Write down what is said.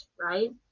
right